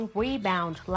rebound